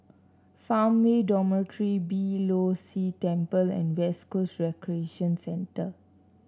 Farmway Dormitory Beeh Low See Temple and West Coast Recreation Centre